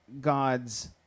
God's